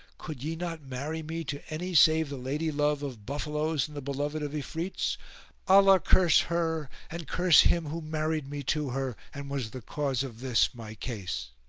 could ye not marry me to any save the lady-love of buffaloes and the beloved of ifrits? allah curse her and curse him who married me to her and was the cause of this my case,